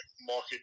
market